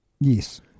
Yes